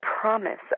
promise